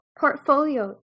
Portfolio